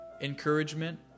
encouragement